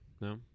No